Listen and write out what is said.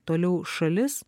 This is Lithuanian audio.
toliau šalis